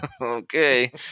okay